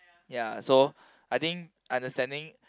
ya so I think understanding